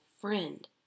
Friend